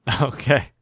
Okay